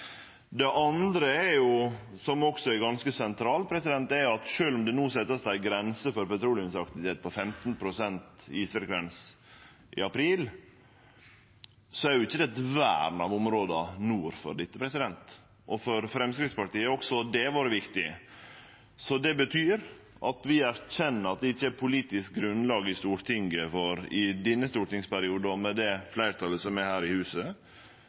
som også er ganske sentralt, er at sjølv om det no vert sett ei grense for petroleumsaktivitet på 15 pst. isfrekvens i april, er ikkje det eit vern av områda nord for dette. For Framstegspartiet har også det vore viktig. Det betyr at vi erkjenner at det ikkje er politisk grunnlag i Stortinget i denne stortingsperioden og med det fleirtalet som er her i huset,